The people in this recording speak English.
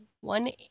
One